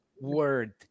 word